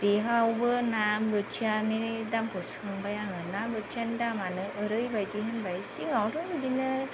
बेहावबो ना बोथियानि दामखौ सोंबाय आङो ना बोथियानि दामानो ओरैबायदि होनबाय सिगाङावथ' बिदिनो